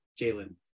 Jalen